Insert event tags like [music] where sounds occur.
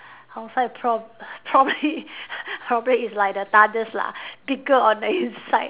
outside prob~ probably [laughs] probably is like the lah thicker on the inside